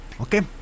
Okay